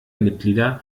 mitglieder